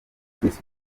chris